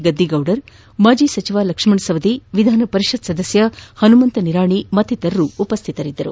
ಗದ್ದಿಗೌಡರ್ ಮಾಜಿ ಸಚಿವ ಲಕ್ಷ್ಮಣ ಸವದಿ ವಿಧಾನ ಪರಿಷತ್ ಸದಸ್ಯ ಹನುಮಂತ ನಿರಾಣಿ ಮತ್ತಿತರರು ಉಪಸ್ಥಿತರಿದ್ದರು